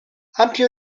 ampio